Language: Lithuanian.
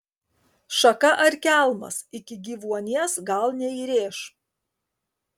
šaka ar kelmas iki gyvuonies gal neįrėš